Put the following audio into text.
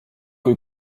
kui